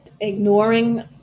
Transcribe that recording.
ignoring